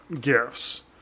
gifts